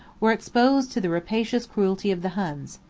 were exposed to the rapacious cruelty of the huns.